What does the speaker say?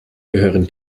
gehören